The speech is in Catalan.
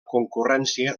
concurrència